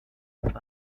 ruled